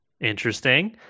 Interesting